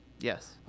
yes